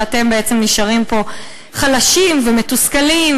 ואתם בעצם נשארים פה חלשים ומתוסכלים,